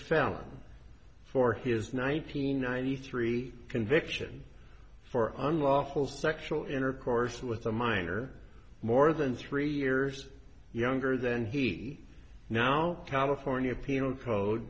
felony for his nine hundred ninety three conviction for unlawful sexual intercourse with a minor more than three years younger than he now california penal code